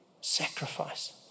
sacrifice